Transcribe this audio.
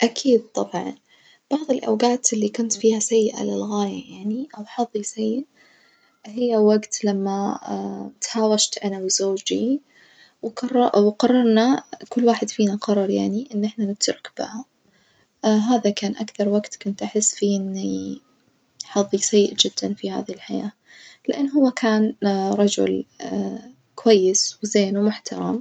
أكيد طبعًا بعظ الأوجات اللي كنت فيها سيئة للغاية يعني أو حظي سيء، هي وجت لما تهاوشت أنا وزوجي وقرر وقررنا كل واحد فينا قرار يعني إن إحنا نترك بعظ، هذا كان أكثر وجت كنت أحس فيه إني حظي سيء جدًا في هذي الحياة، لأن هو كان رجل كويس وزين ومحترم.